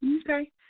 Okay